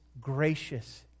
gracious